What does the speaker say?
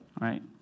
right